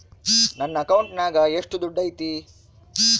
ನನ್ನ ಅಕೌಂಟಿನಾಗ ಎಷ್ಟು ದುಡ್ಡು ಐತಿ?